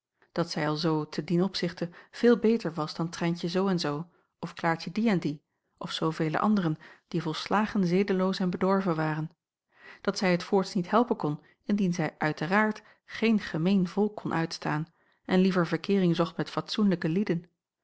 dat zij alzoo te dien opzichte veel beter was dan trijntje zoo en zoo of klaartje die en die of zoovele anderen die volslagen zedeloos en bedorven waren dat zij het voorts niet helpen kon indien zij uit ter aard geen gemeen volk kon uitstaan en liever verkeering zocht met fatsoenlijke lieden